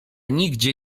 nigdzie